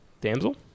Damsel